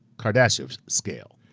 kardashev scale.